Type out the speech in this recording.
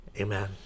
Amen